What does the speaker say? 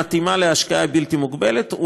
המתאימה להשקיה בלתי מוגבלת,